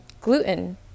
gluten